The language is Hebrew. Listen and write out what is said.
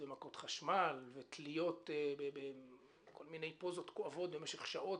מכות חשמל ותליות כל מיני פוזות כואבות במשך שעות,